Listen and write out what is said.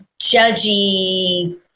judgy